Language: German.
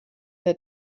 der